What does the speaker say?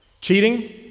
Cheating